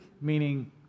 meaning